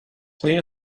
play